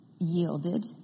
yielded